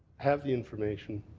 have the information,